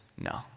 no